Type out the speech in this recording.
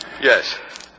Yes